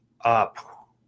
up